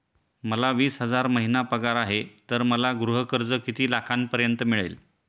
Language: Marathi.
मला वीस हजार महिना पगार आहे तर मला गृह कर्ज किती लाखांपर्यंत मिळेल?